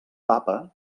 papa